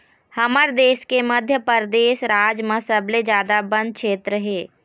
हमर देश के मध्यपरेदस राज म सबले जादा बन छेत्र हे